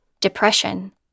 depression